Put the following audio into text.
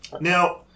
Now